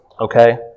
okay